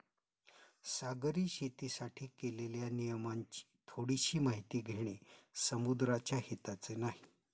सागरी शेतीसाठी केलेल्या नियमांची थोडीशी माहिती घेणे समुद्राच्या हिताचे नाही